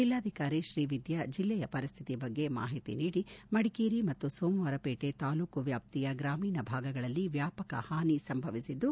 ಜಿಲ್ಲಾಧಿಕಾರಿ ತ್ರೀವಿದ್ದಾ ಜಿಲ್ಲೆಯ ಪರಿಸ್ಥಿತಿ ಬಗ್ಗೆ ಮಾಹಿತಿ ನೀಡಿ ಮಡಿಕೇರಿ ಮತ್ತು ಸೋಮವಾರಪೇಟೆ ತಾಲ್ಲೂಕು ವ್ಯಾಪ್ತಿಯ ಗ್ರಾಮೀಣ ಭಾಗಗಳಲ್ಲಿ ವ್ಯಾಪಕ ಹಾನಿ ಸಂಭವಿಸಿದ್ದು